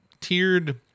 tiered